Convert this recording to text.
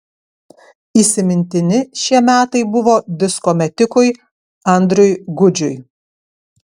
įsimintini šie metai buvo disko metikui andriui gudžiui